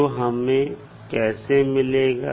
तो हमें कैसे मिलेगा